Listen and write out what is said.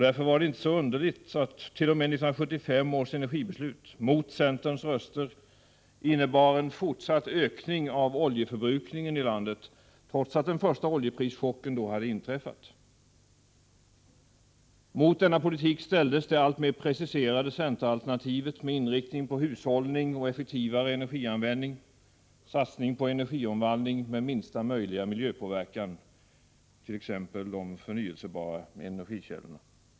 Därför var det inte så underligt att t.o.m. 1975 års energibeslut — som fattades mot centerns röster — innebar en fortsatt ökning av oljeförbrukningen i landet, trots att den första oljeprischocken då hade inträffat. Mot denna politik ställdes det alltmer preciserade centeralternativet med inriktning på hushållning och effektivare energianvändning samt satsning på energiomvandling med minsta möjliga miljöpåverkan —t.ex. de förnyelsebara energikällorna.